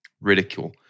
Ridicule